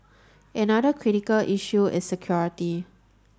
another critical issue is security